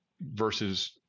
versus